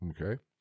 Okay